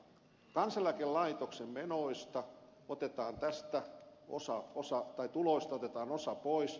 kansaneläkelaitoksen tuloista otetaan osa pois